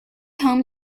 home